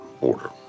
order